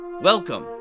Welcome